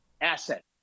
asset